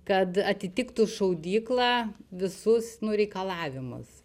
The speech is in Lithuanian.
kad atitiktų šaudykla visus nu reikalavimus